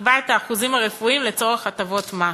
שתקבע את האחוזים הרפואיים לצורך הטבות מס.